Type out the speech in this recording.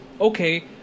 okay